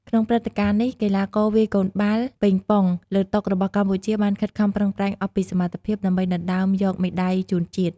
ក្នុងព្រឹត្តិការណ៍នេះ កីឡាករវាយកូនបាល់ប៉េងប៉ុងលើតុរបស់កម្ពុជាបានខិតខំប្រឹងប្រែងអស់ពីសមត្ថភាពដើម្បីដណ្ដើមយកមេដាយជូនជាតិ។